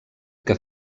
que